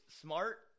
smart